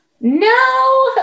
No